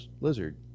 lizard